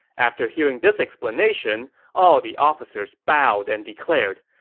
after hearing this explanation, all the officers bowed and declared,